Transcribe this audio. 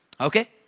Okay